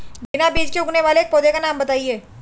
बिना बीज के उगने वाले एक पौधे का नाम बताइए